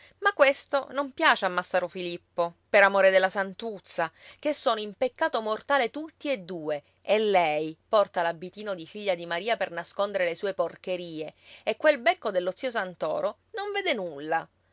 ma questo non piace a massaro filippo per amore della santuzza che sono in peccato mortale tutti e due e lei porta l'abitino di figlia di maria per nascondere le sue porcherie e quel becco dello zio santoro non vede nulla